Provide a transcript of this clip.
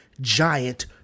giant